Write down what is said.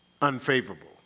Unfavorable